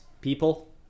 people